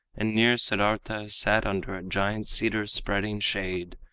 and near siddartha sat under a giant cedar's spreading shade.